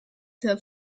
der